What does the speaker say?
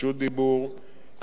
יש איזה לוח תיקונים,